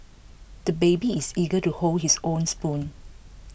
the baby is eager to hold his own spoon